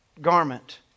garment